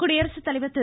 குடியரசுத்தலைவர் திரு